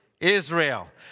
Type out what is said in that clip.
Israel